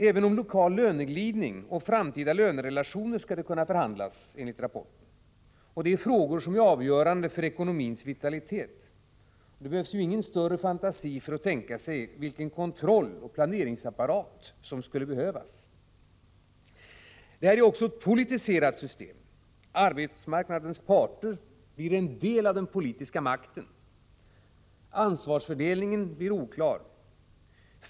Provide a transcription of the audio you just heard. Även om lokal löneglidning och framtida lönerelationer skall det kunna förhandlas enligt rapporten, och detta är frågor som är avgörande för ekonomins vitalitet. Det krävs ingen större fantasi för att tänka sig vilken kontrolloch planeringsapparat som skulle behövas. Detta är också ett politiserat system. Arbetsmarknadens parter blir en del av den politiska makten. Ansvarsfördelningen blir oklar.